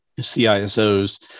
CISOs